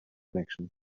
connection